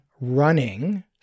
running